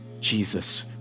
Jesus